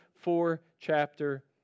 four-chapter